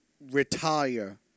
retire